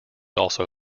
also